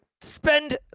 spend